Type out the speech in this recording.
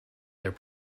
their